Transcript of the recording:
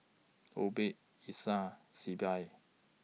Obed Essa Sibyl